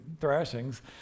thrashings